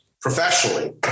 professionally